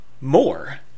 more